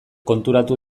konturatu